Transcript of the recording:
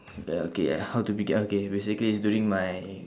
then okay how to begin okay basically is during my